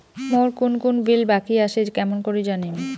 মোর কুন কুন বিল বাকি আসে কেমন করি জানিম?